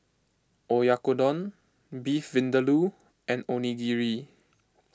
Oyakodon Beef Vindaloo and Onigiri